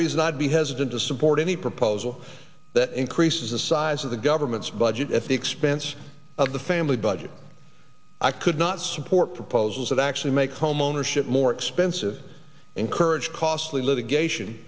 reason i'd be hesitant to support any proposal that increases the size of the government's budget at the expense of the family budget i could not support proposals that actually make homeownership more expensive encourage costly litigation